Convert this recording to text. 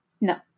No